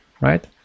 right